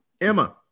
Emma